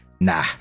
nah